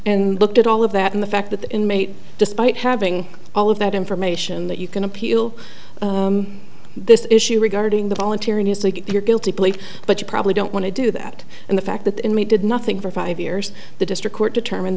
and looked at all of that in the fact that the inmate despite having all of that information that you can appeal this issue regarding the volunteering is like your guilty plea but you probably don't want to do that and the fact that inmate did nothing for five years the district court determined